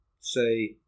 say